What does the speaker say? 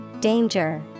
Danger